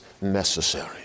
necessary